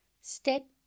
Step